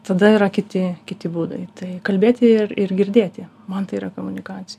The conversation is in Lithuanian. tada yra kiti kiti būdai tai kalbėti ir ir girdėti man tai yra komunikacija